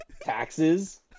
taxes